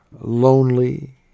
lonely